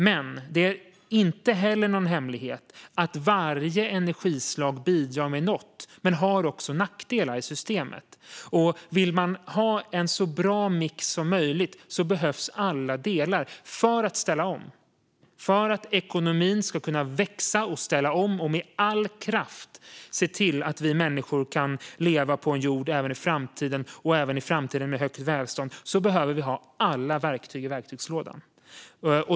Men det är inte heller någon hemlighet att varje energislag bidrar med något men också har nackdelar i systemet. Vill man ha en så bra mix som möjligt behövs alla delar för att ställa om. För att ekonomin ska kunna växa och vi ska kunna ställa om och med all kraft se till att vi människor kan leva på jorden även i framtiden och även med högt välstånd behöver vi ha alla verktyg i verktygslådan.